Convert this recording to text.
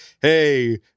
hey